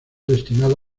destinado